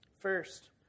First